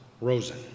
Rosen